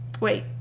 Wait